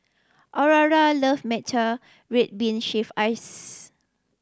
Aurora love matcha red bean shaved ice